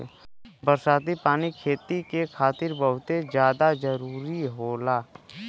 बरसाती पानी खेती के खातिर बहुते जादा जरूरी होला